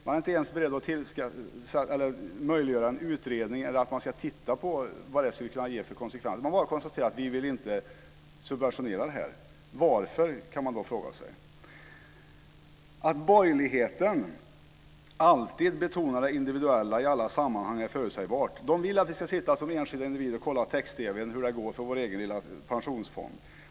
Man är inte ens beredd att möjliggöra en utredning eller ens titta på vad detta skulle kunna ge för konsekvenser. Man bara konstaterar: Vi vill inte subventionera det här. Varför? kan man då fråga sig. Att borgerligheten alltid betonar det individuella i alla sammanhang är förutsägbart. Man vill att vi som enskilda individer ska sitta och kolla på text-TV hur det går för vår egen lilla pensionsfond.